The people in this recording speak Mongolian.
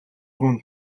хүн